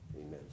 Amen